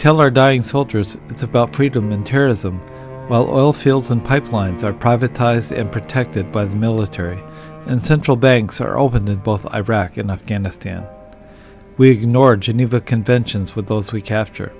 tell our dying soldiers it's about freedom and terrorism while oil fields and pipelines are privatized and protected by the military and central banks are opened in both iraq and afghanistan we ignored geneva conventions with those we capture